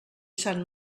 sant